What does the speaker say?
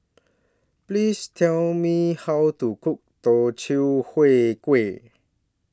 Please Tell Me How to Cook Teochew Huat Kuih